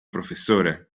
professore